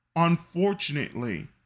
unfortunately